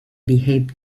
behave